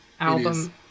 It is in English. Album